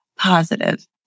positive